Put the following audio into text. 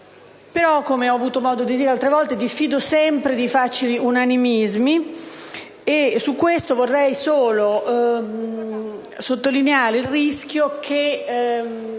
Però, come ho avuto modo di dire altre volte, diffido sempre di facili unanimismi e quindi vorrei sottolineare che